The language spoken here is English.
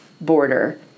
border